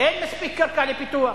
אין מספיק קרקע לפיתוח,